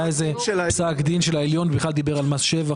היה איזה פסק דין של העליון שבכלל דיבר על מס שבח,